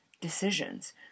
decisions